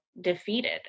defeated